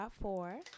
four